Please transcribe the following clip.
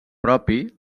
propi